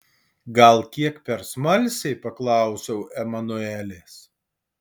gal kiek per smalsiai paklausiau emanuelės